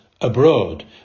abroad